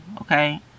okay